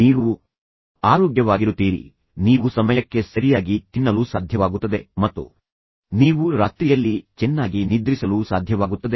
ನೀವು ಆರೋಗ್ಯವಾಗಿರುತ್ತೀರಿ ನೀವು ಸಮಯಕ್ಕೆ ಸರಿಯಾಗಿ ತಿನ್ನಲು ಸಾಧ್ಯವಾಗುತ್ತದೆ ಮತ್ತು ನೀವು ರಾತ್ರಿಯಲ್ಲಿ ಚೆನ್ನಾಗಿ ನಿದ್ರಿಸಲು ಸಾಧ್ಯವಾಗುತ್ತದೆ